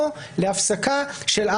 או להפסקה של,